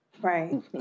Right